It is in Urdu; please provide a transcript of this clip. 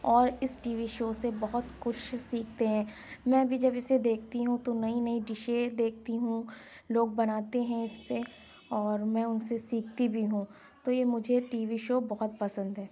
اور اِس ٹی وی شو سے بہت کچھ سیکھتے ہیں میں بھی جب اِسے دیکھتی ہوں تو نئی نئی ڈشیں دیکھتی ہوں لوگ بناتے ہیں اِس پہ اور میں اُن سے سیکھتی بھی ہوں تو یہ مجھے ٹی وی شو بہت پسند ہے